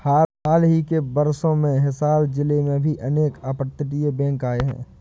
हाल ही के वर्षों में हिसार जिले में भी अनेक अपतटीय बैंक आए हैं